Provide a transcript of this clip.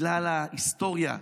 בגלל ההיסטוריה,